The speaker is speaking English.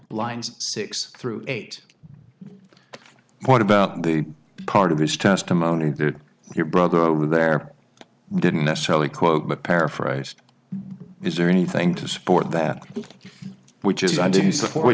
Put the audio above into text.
lines six through eight what about the part of his testimony that your brother over there didn't necessarily quote but paraphrased is there anything to support that which is i do support